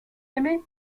l’aimer